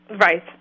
Right